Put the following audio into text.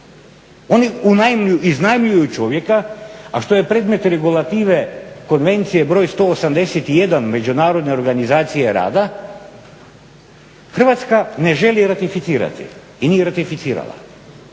oni iznajmljuju čovjeka, a što je predmet regulative Konvencije br. 181 Međunarodne organizacije rada, Hrvatska ne želi ratificirati i nije ratificirala.